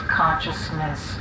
consciousness